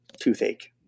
toothache